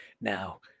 now